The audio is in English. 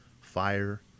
fire